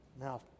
Now